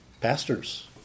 Pastors